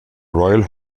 royal